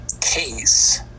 case